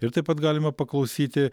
ir taip pat galima paklausyti